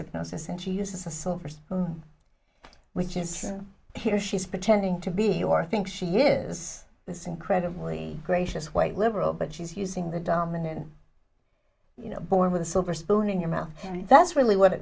hypnosis and she uses a silver's which is here she's pretending to be or think she is this incredibly gracious white liberal but she's using the dominant you know born with a silver spoon in your mouth and that's really what it